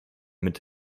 mit